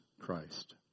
Christ